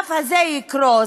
שהענף הזה יקרוס,